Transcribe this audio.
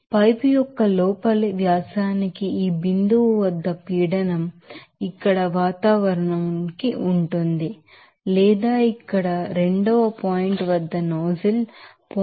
pipe యొక్క లోపలి వ్యాసానికి ఈ పాయింట్ వద్ద ప్రెషర్ ఇక్కడ వాతావరణానికి ఉంటుంది లేదా ఇక్కడ 2 వద్ద నాజిల్ 0